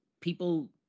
people